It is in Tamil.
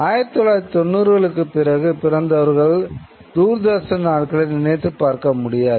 1990 களுக்குப் பிறகு பிறந்தவர்கள் தூர்தர்ஷன் நாட்களை நினைத்துப் பார்க்க முடியாது